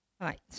right